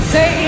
Say